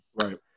Right